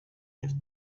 left